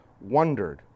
wondered